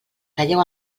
talleu